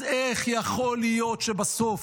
אז איך יכול להיות שבסוף,